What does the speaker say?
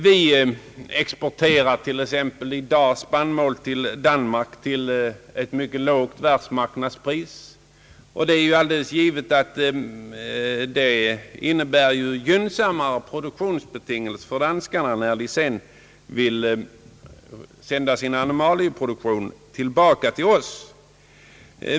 Vi exporterar t.ex. i dag spannmål till Danmark till ett mycket lågt världsmarknadspris, och det är alldeles givet att detta innebär gynnsammare produktionsbetingelser för danskarna när de sedan vill sända sin animalieproduktion tillbaka till oss.